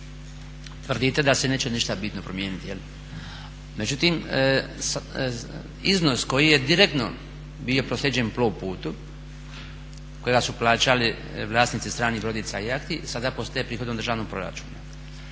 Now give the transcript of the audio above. tvrdite da se neće ništa bitno promijeniti, međutim iznos koji je direktno bio proslijeđen Plovputu kojega su plaćali vlasnici stranih brodica i jahti sada postaje prihodom državnog proračuna